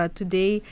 today